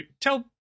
tell